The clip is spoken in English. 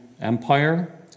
Empire